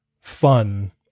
fun